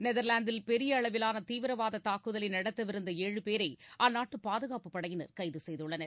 நெதர்லாந்தில் பெரிய அளவிலான தீவிரவாத தாக்குதலை நடத்தவிருந்த ஏழு பேரை அந்நாட்டு பாதுகாப்புப் படையினர் கைது செய்துள்ளனர்